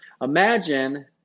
imagine